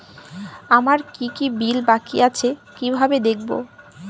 আমার কি কি বিল বাকী আছে কিভাবে দেখবো?